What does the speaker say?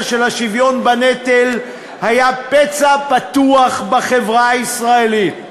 של השוויון בנטל היה פצע פתוח בחברה הישראלית.